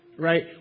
Right